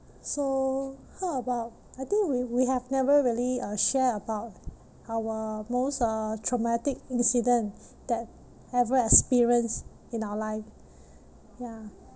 so how about I think we we have never really uh share about our most uh traumatic incident that ever experienced in our life ya